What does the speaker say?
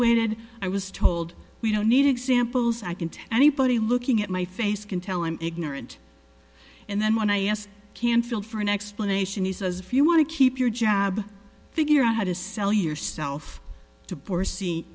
evaluated i was told we don't need examples i can tell anybody looking at my face can tell i'm ignorant and then when i ask canfield for an explanation he says if you want to keep your job figure out how to sell yourself to poor